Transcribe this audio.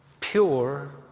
Pure